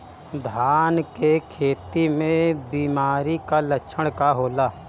धान के खेती में बिमारी का लक्षण का होला?